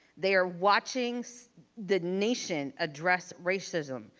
they are watching so the nation address racism,